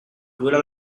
duela